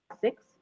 six